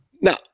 Now